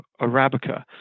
Arabica